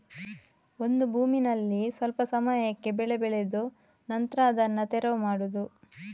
ಒಂದು ಭೂಮಿನಲ್ಲಿ ಸ್ವಲ್ಪ ಸಮಯಕ್ಕೆ ಬೆಳೆ ಬೆಳೆದು ನಂತ್ರ ಅದನ್ನ ತೆರವು ಮಾಡುದು